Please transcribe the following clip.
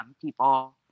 people